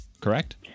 correct